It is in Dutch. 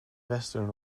western